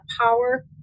power